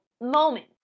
moment